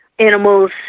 animals